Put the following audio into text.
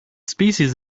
species